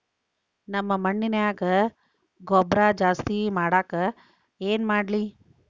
ನಮ್ಮ ಮಣ್ಣಿನ್ಯಾಗ ಗೊಬ್ರಾ ಜಾಸ್ತಿ ಮಾಡಾಕ ಏನ್ ಮಾಡ್ಲಿ?